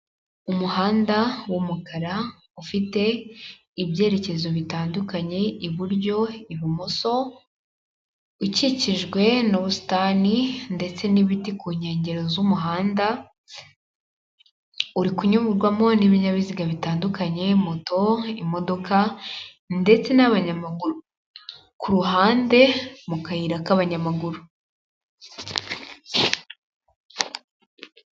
Umuhanda w'umukara ufite ibyerekezo bitandukanye i buryo, i bumoso ukikijwe n'ubusitani ndetse n'ibiti ku nkengero z'umuhanda, uri kunyurwamo n'ibinyabiziga bitandukanye moto, imodoka ndetse n'abanyamaguru ku ruhande mu kayira k'abanyamaguru.